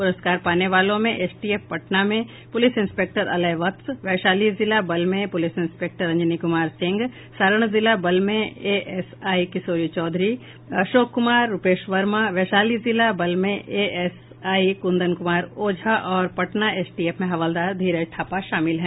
पुरस्कार पाने वालों में एसटीएफ पटना में पुलिस इंस्पेक्टर अलय वत्स वैशाली जिला बल में पुलिस इंस्पेक्टर अंजनी कुमार सिंह सारण जिला बल में एएसआई किशोरी चौधरी अशोक कुमार रूपेश वर्मा वैशाली जिला बल में एएसआई कुंदन कुमार ओझा और पटना एसटीएफ में हवलदार धीरज थापा शामिल हैं